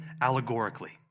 allegorically